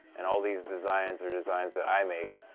and all these designs are designs that i made,